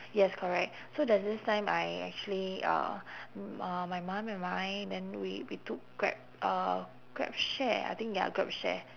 yes correct so there's this time I actually uh m~ uh my mum and I then we we took grab uh grab share I think ya grab share